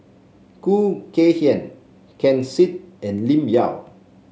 Khoo Kay Hian Ken Seet and Lim Yau